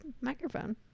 microphone